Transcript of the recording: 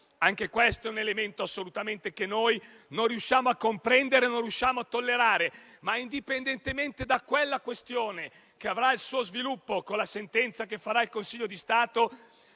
Anche questo è un elemento che non riusciamo a comprendere e a tollerare, ma indipendentemente da quella questione, che avrà il suo sviluppo con la sentenza del Consiglio di Stato,